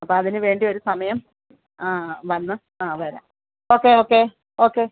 അപ്പോൾ അതിനു വേണ്ടി ഒരു സമയം ആ വന്ന് ആ വരാം ഓക്കേ ഓക്കേ ഓക്കെ